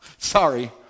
Sorry